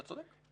אתה צודק.